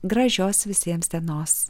gražios visiems dienos